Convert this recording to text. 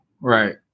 Right